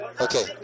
Okay